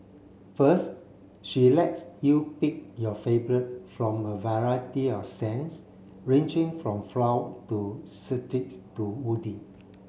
first she lets you pick your favourite from a variety of scents ranging from to to woody